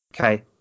Okay